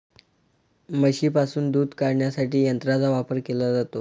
म्हशींपासून दूध काढण्यासाठी यंत्रांचा वापर केला जातो